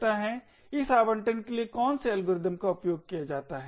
इस आवंटन के लिए कौन से एल्गोरिदम का उपयोग किया जाता है